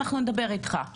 אנחנו נדבר איתך,